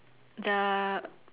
the